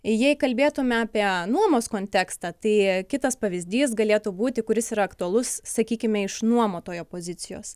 jei kalbėtume apie nuomos kontekstą tai kitas pavyzdys galėtų būti kuris yra aktualus sakykime iš nuomotojo pozicijos